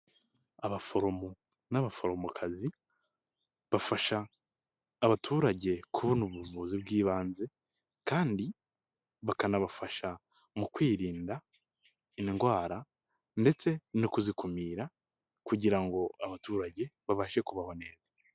Abaforomo n'abaforomokazi bafasha abaturage kubona ubuvuzi bw'ibanze, kandi bakanabafasha mu kwirinda indwara ndetse no kuzikumira, kugira ngo abaturage babashe kubaho neza.